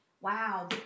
Wow